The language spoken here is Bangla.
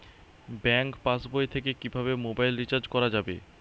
ব্যাঙ্ক পাশবই থেকে কিভাবে মোবাইল রিচার্জ করা যাবে?